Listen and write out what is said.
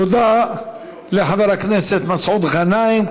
תודה לחבר הכנסת מסעוד גנאים.